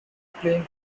playing